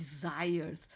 desires